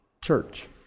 church